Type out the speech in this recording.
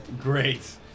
Great